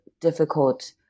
difficult